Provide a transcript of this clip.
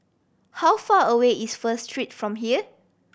how far away is First Street from here